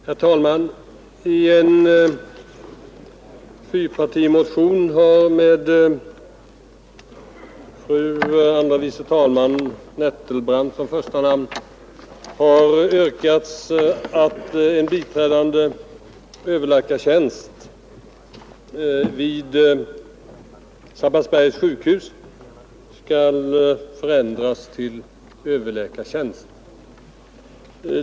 Herr talman! I en fyrpartimotion med fru andre vice talmannen Nettelbrandt som första namn har yrkats att en tjänst som biträdande överläkare vid Sabbatsbergs sjukhus skall förändras till överläkartjänst.